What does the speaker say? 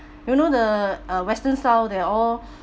you know the uh western style they all